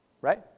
Right